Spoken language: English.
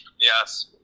Yes